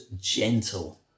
gentle